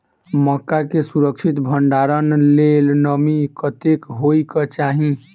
मक्का केँ सुरक्षित भण्डारण लेल नमी कतेक होइ कऽ चाहि?